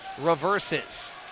reverses